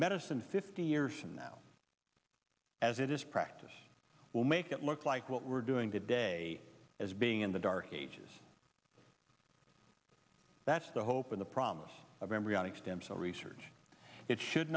medicine fifty years from now as it is practice will make it look like what we're doing today as being in the dark ages that's the hope in the promise of embryonic stem cell research it should